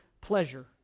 pleasure